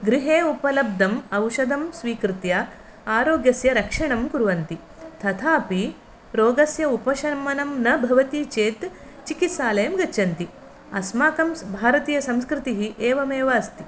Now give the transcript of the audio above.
गृहे उपलब्धम् औषधं स्वीकृत्य आरोग्यस्य रक्षणं कुर्वन्ति तथापि रोगस्य उपशमनं न भवति चेत् चिकित्सालयं गच्छन्ति अस्माकं सं भरतीयसंस्कृतिः एवमेव अस्ति